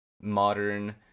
modern